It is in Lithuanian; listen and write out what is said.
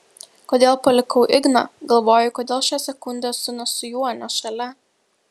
kodėl palikau igną galvoju kodėl šią sekundę esu ne su juo ne šalia